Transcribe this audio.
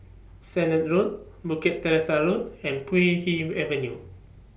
Sennett Road Bukit Teresa Road and Puay Hee Avenue